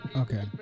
Okay